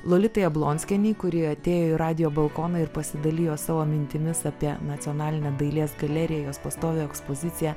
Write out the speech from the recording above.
lolitai jablonskienei kuri atėjo į radijo balkoną ir pasidalijo savo mintimis apie nacionalinę dailės galerijos pastovią ekspoziciją